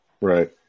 Right